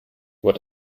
what